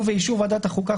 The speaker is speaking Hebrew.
ובאישור ועדת החוקה,